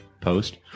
post